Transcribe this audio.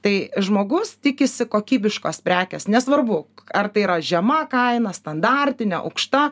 tai žmogus tikisi kokybiškos prekės nesvarbu ar tai yra žema kaina standartinė aukšta